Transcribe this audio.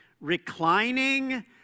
reclining